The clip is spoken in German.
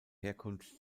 herkunft